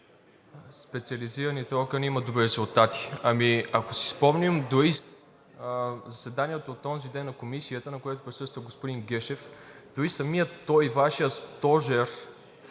специализираните органи имат добри резултати. Ами, ако си спомним заседанието от онзиден на Комисията, на което присъства господин Гешев, дори самият той, Вашият стожер